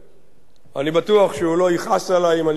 אני בטוח שהוא לא יכעס עלי אם אני אומר שבשיחה